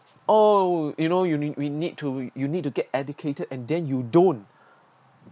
oh you know you we need to you need to get educated and then you don't